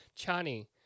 Chani